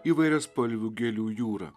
įvairiaspalvių gėlių jūra